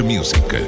Music